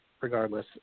regardless